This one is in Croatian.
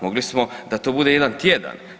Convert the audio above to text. Mogli smo da to bude jedan tjedan.